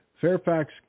Fairfax